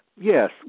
Yes